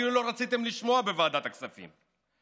אפילו לא רציתם לשמוע בוועדת הכספים,